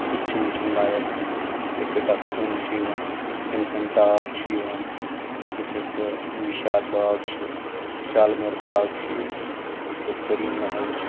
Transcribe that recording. سُہ تہِ چھُ وٕچھُن لایق اِتھٕے کٔنۍ ڈکسُم چھُ یِوان سنتھن ٹاپ چھُ یِوان یِتھٕے کٔنۍ نشاط باغ چھُ شالمور چھُ ییٚتہِ یِتھٕے کٔنۍ پٔری محل چھُ